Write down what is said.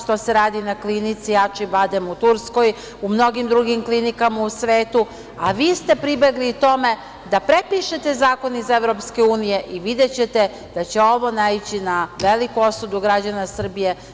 To se radi na klinici „Ačibadem“ u Turskoj, u mnogim drugim klinikama u svetu, a vi ste pribegli tome da prepišete zakon i Evropske unije i videćete da će ovo naići na veliku osudu građana Srbije.